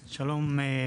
שלום.